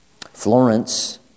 Florence